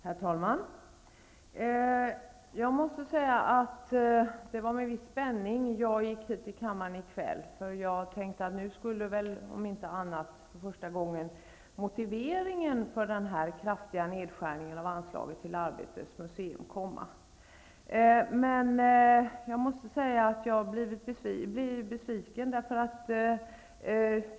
Herr talman! Jag måste säga att det var med viss spänning som jag gick till kammaren i kväll. Jag tänkte att nu skulle väl för första gången motiveringen komma till den kraftiga nedskärningen av anslaget till Arbetets museum. Men jag måste säga att jag blir besviken.